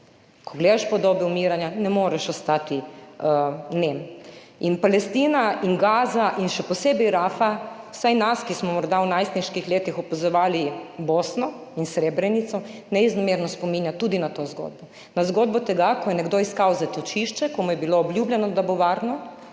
ko gledaš podobe umiranja, ne moreš ostati v nem in Palestina in Gaza in še posebej Rafa, vsaj nas, ki smo morda v najstniških letih opazovali Bosno in Srebrenico, neizmerno spominja tudi na to zgodbo. Na zgodbo tega, ko je nekdo iskal zatočišče, ko mu je bilo obljubljeno, da bo varno,